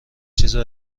چیزا